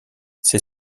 ces